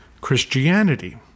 Christianity